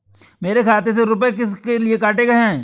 मेरे खाते से रुपय किस लिए काटे गए हैं?